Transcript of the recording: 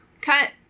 Cut